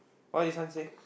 what this one say